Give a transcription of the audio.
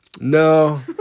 No